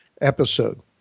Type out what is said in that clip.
episode